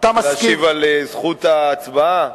להשיב על זכות ההצבעה.